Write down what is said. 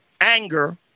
anger